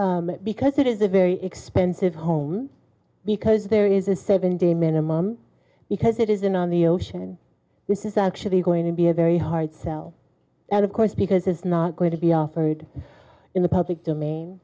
you because it is a very expensive home because there is a seven day minimum because it isn't on the ocean this is actually going to be a very hard sell that of course because it's not going to be offered in the public domain